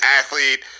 athlete